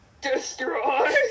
Destroy